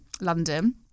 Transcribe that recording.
London